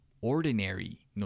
Ordinary